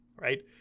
right